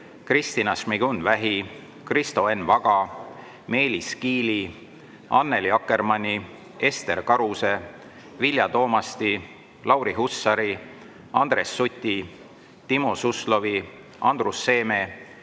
Kristina Šmigun-Vähi, Kristo Enn Vaga, Meelis Kiili, Annely Akkermanni, Ester Karuse, Vilja Toomasti, Lauri Hussari, Andres Suti, Timo Suslovi, Andrus Seeme,